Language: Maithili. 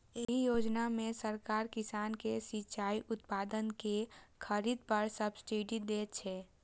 एहि योजना मे सरकार किसान कें सिचाइ उपकरण के खरीद पर सब्सिडी दै छै